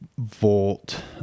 Volt